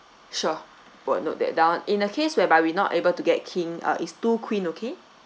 sure will note that down in a case whereby we not able to get king uh is two queen okay